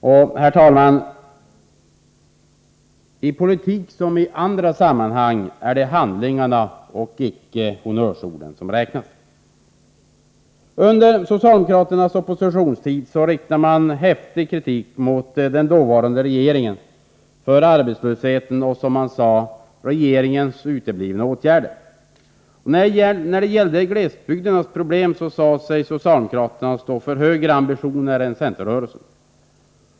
Och, herr talman, i politik som i andra sammahang är det handlingarna och icke honnörsorden som räknas. Under socialdemokraternas oppositionstid riktade man häftig kritik mot den dåvarande regeringen för arbetslösheten och, som man sade, ”regeringens uteblivna åtgärder”. Och när det gällde glesbygdernas problem sade sig socialdemokraterna stå för högre ambitioner än centerrörelsen.